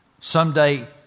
Someday